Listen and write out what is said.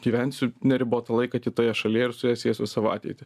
gyvensiu neribotą laiką kitoje šalyje ir su ja siesiu su savo ateitį